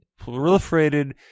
proliferated